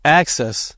access